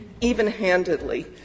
even-handedly